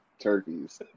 turkeys